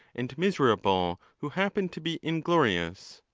and miserable who happen to be inglorious.